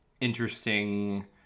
interesting